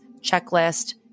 checklist